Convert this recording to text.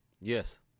Yes